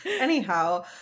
anyhow